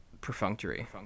perfunctory